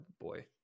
boy